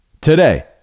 today